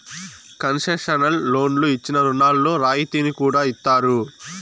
concessional లోన్లు ఇచ్చిన రుణాల్లో రాయితీని కూడా ఇత్తారు